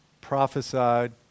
prophesied